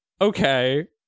okay